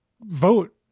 vote